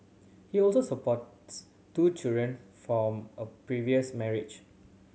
he also supports two children from a previous marriage